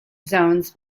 zones